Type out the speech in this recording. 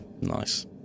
Nice